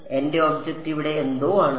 എന്റെ ഒബ്ജക്റ്റ് ഇവിടെ എന്തോ ആണ്